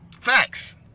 Facts